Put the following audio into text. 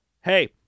Hey